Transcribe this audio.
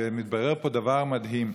ומתברר פה דבר מדהים: